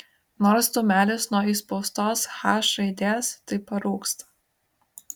nors dūmelis nuo įspaustos h raidės tai parūksta